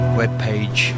webpage